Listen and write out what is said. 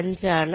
5 ആണ്